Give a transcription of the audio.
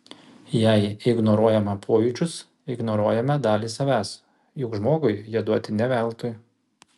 jei ignoruojame pojūčius ignoruojame dalį savęs juk žmogui jie duoti ne veltui